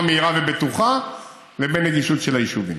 מהירה ובטוחה לבין נגישות של היישובים.